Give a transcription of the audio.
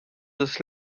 des